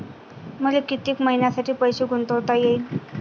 मले कितीक मईन्यासाठी पैसे गुंतवता येईन?